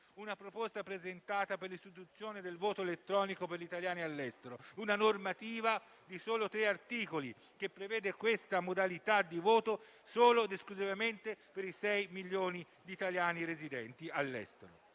una proposta presentata per l'istituzione del voto elettronico per gli italiani all'estero; una normativa di soli tre articoli, che prevede questa modalità di voto esclusivamente per i 6 milioni di italiani residenti all'estero.